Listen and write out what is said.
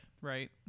right